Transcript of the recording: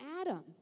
Adam